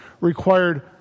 required